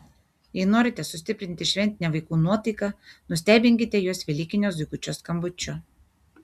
jei norite sustiprinti šventinę vaikų nuotaiką nustebinkite juos velykinio zuikučio skambučiu